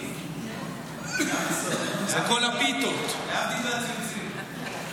זה כל הפיתות, להבדיל מהציוצים.